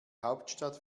hauptstadt